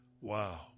Wow